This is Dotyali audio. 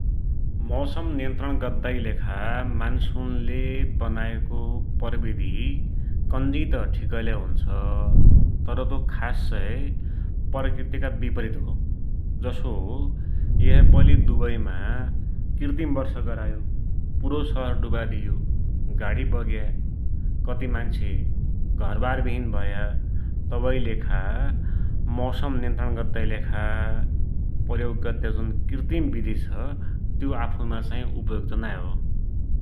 मौसम नियन्त्रण गद्दाकी लेखा मान्सुनले वनाएको प्रविधि कन्जी त ठिकैलै हुन्छ, तर तो खास्सै प्रकृतिका विपरित हो । जसो ऐइ है पैली दुवइमा कृतिम वर्षा गरायो, पुरोइ सहर डुुवाइदियो । गाडी बग्या, कति मान्सु घरवार विहिन भया, तबैकी लेखा मौसम नियन्त्रण गद्दाकी लेखा प्रयोग गद्या जो कृतिम विधि छ, त्यो आफुमा चाही उपयुक्त नाइ हो ।